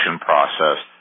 process